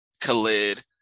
Khalid